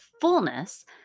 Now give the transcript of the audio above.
fullness